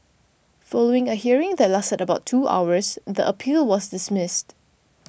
following a hearing that lasted about two hours the appeal was dismissed